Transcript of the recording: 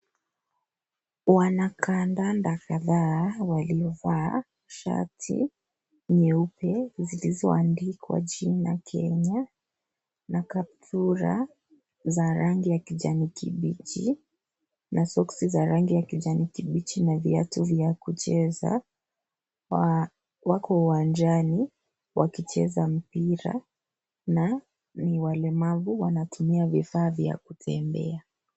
Wanakandanda kadhaa waliovaa shati nyeupe zilizo andikwa jina Kenya na kaptura za rangi ya kijani kibichi na soksi za rangi ya kijani kibichi na viatu vya kucheza, wako uwanjani wakicheza mpira na ni walemavu wanatumia vifaa vya kutembea.